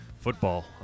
football